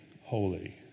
holy